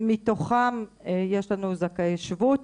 מתוכם יש לנו זכאי שבות.